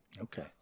Okay